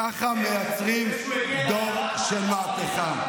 רק בגיורים, ככה מייצרים דור של מהפכה.